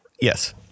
Yes